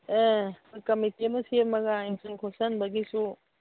ꯑꯦ committee ꯑꯃ ꯁꯦꯝꯃꯒ ꯌꯦꯡꯁꯟ ꯈꯣꯠꯆꯟꯕꯒꯤꯁꯨ